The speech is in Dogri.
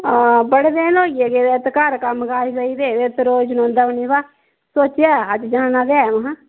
बड़े दिन होई गे गेदे इत्त घर कम्म काज़ पेई दे हे ते इत्त रोज़ जनोंदा बी ना सोचेआ ऐहा में हा अज्ज जाना ते ऐ